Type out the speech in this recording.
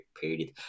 period